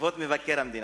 כבוד מבקר המדינה,